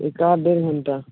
एक आध डेढ़ घंटा